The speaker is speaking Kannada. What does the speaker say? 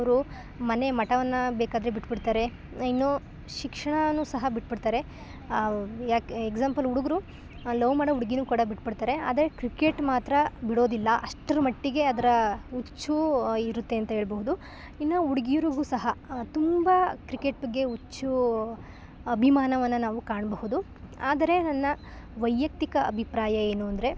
ಅವರು ಮನೆ ಮಠವನ್ನು ಬೇಕಾದರೆ ಬಿಟ್ಬಿಡ್ತಾರೆ ಇನ್ನು ಶಿಕ್ಷಣ ಸಹ ಬಿಟ್ಬಿಡ್ತಾರೆ ಅವು ಯಾಕೆ ಎಕ್ಸಾಂಪಲ್ ಹುಡುಗರು ಲವ್ ಮಾಡೋ ಹುಡುಗಿನು ಕೂಡ ಬಿಟ್ಬಿಡ್ತಾರೆ ಆದರೆ ಕ್ರಿಕೆಟ್ ಮಾತ್ರ ಬಿಡೋದಿಲ್ಲ ಅಷ್ಟರ ಮಟ್ಟಿಗೆ ಅದರ ಹುಚ್ಚು ಇರುತ್ತೆ ಅಂತ ಹೇಳ್ಬೌದು ಇನ್ನು ಹುಡ್ಗಿರಿಗು ಸಹ ತುಂಬ ಕ್ರಿಕೆಟ್ ಬಗ್ಗೆ ಹುಚ್ಚು ಅಭಿಮಾನವನ್ನ ನಾವು ಕಾಣಬಹುದು ಆದರೆ ನನ್ನ ವೈಯಕ್ತಿಕ ಅಭಿಪ್ರಾಯ ಏನು ಅಂದರೆ